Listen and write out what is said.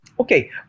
Okay